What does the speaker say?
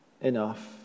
enough